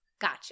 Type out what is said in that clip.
Gotcha